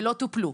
ולא טופלו.